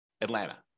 Atlanta